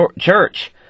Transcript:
church